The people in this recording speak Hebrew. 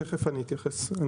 תכף אתייחס לזה.